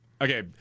okay